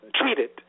treated